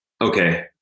okay